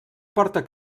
porta